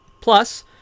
Plus